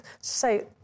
Say